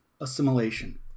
assimilation